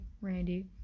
Randy